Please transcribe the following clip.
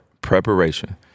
Preparation